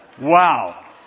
Wow